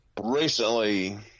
Recently